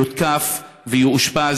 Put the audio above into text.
אסור שהוא יותקף ויאושפז,